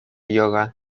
yoga